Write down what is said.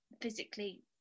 physically